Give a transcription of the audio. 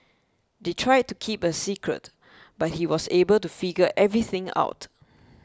they tried to keep a secret but he was able to figure everything out